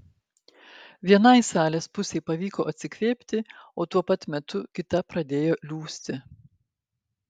vienai salės pusei pavyko atsikvėpti o tuo pat metu kita pradėjo liūsti